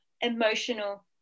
emotional